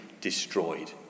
destroyed